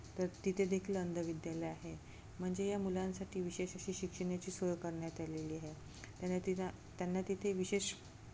तर तिथे देखील अंधविद्यालय आहे म्हणजे या मुलांसाठी विशेष अशी शिक्षणाची सोय करण्यात आलेली आहे त्यांना तिला त्यांना तिथे विशेष